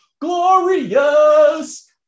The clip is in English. glorious